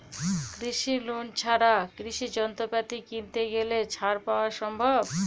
কৃষি লোন ছাড়া কৃষি যন্ত্রপাতি কিনতে গেলে ছাড় পাওয়া সম্ভব?